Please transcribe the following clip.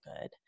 good